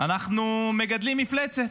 אנחנו מגדלים מפלצת.